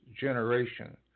generation